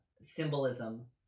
symbolism